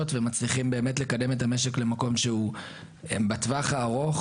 ומצליחים באמת לקדם את המשק למקום שהוא בטווח הארוך